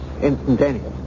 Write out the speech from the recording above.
instantaneous